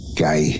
gay